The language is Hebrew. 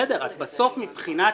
בסדר, אז בסוף מבחינת